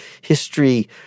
history